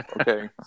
Okay